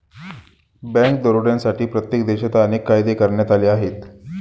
bank दरोड्यांसाठी प्रत्येक देशात अनेक कायदे करण्यात आले आहेत